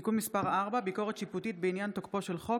(תיקון מס' 4) (ביקורת שיפוטית בעניין תוקפו של חוק),